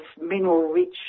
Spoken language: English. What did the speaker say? mineral-rich